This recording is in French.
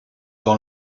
dans